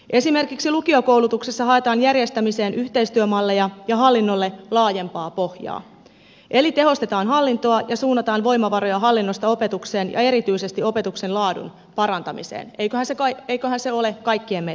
esimerkiksi lukiokoulutuksessa haetaan järjestämiseen yhteistyömalleja ja hallinnolle laajempaa pohjaa eli tehostetaan hallintoa ja suunnataan voimavaroja hallinnosta opetukseen ja erityisesti opetuksen laadun parantamiseen eiköhän se ole kaikkien meidän tahto